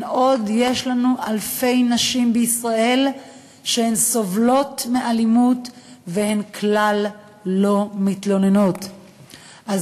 יש לנו עוד אלפי נשים בישראל שסובלות מאלימות ולא מתלוננות כלל.